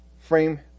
frame